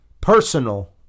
personal